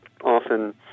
often